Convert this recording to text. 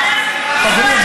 חברים,